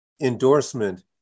endorsement